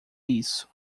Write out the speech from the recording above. isso